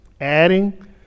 Adding